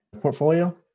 portfolio